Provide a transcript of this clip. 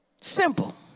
Simple